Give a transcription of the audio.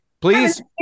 please